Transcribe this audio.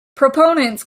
proponents